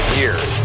years